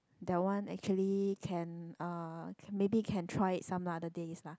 that one actually can uh maybe can try it some others days lah